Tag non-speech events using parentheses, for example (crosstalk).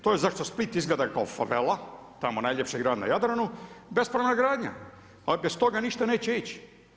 To je zašto Split izgleda kao ... (unintelligible) tamo najljepši grad na Jadranu, bespravna gradnja ali bez toga ništa neće ići.